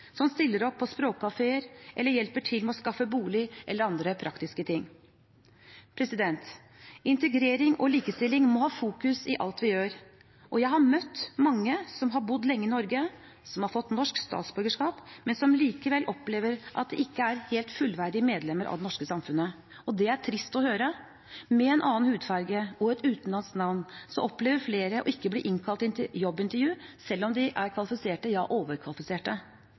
som stiller opp på språkkafeer, eller hjelper til med å skaffe bolig eller med andre praktiske ting. Integrering og likestilling må være i fokus i alt vi gjør. Jeg har møtt mange som har bodd lenge i Norge, og som har fått norsk statsborgerskap, men som likevel opplever at de ikke helt er fullverdige medlemmer av det norske samfunnet. Det er trist å høre. Med en annen hudfarge og et utenlandsk navn opplever flere ikke å bli innkalt til jobbintervju selv om de er kvalifisert – ja